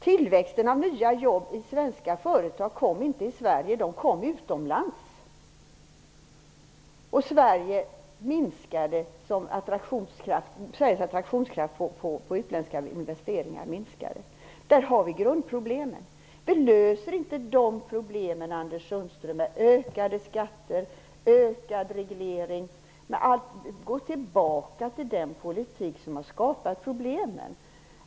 Tillväxten av nya jobb i svenska företag kom inte i Sverige utan utomlands, och Sveriges attraktionskraft på utländska investeringar minskade. Där har vi grundproblemen. Vi löser inte de problemen, Anders Sundström, med ökade skatter och ökad reglering, genom att gå tillbaka till den politik som har skapat problemen.